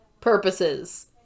purposes